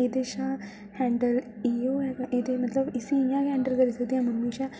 एह्दे शा हैंडल ऐ उ'ऐ एह्दे मतलब इस्सी इ'यां गे हैंडल करी सकदे आ मम्मी शा